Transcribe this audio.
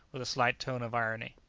with a slight tone of irony.